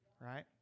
Right